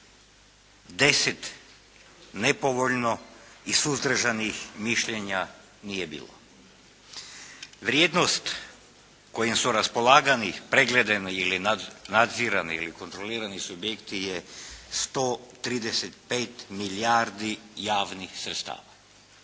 10 nepovoljno i suzdržanih mišljenja nije bilo. Vrijednost kojim su raspolagani, pregledani, nadzirani ili kontrolirani subjekti je 135 milijardi javnih sredstava.